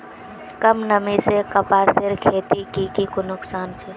कम नमी से कपासेर खेतीत की की नुकसान छे?